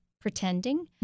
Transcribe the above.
pretending